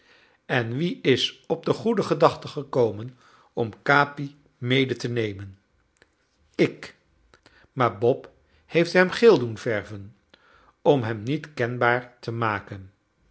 en wie is op de goede gedachte gekomen om capi mede te nemen ik maar bob heeft hem geel doen verven om hem niet kenbaar te maken